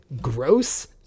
gross